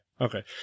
Okay